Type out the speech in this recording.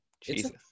Jesus